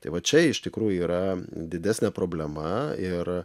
tai va čia iš tikrųjų yra didesnė problema ir